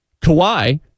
Kawhi